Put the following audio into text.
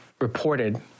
reported